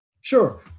Sure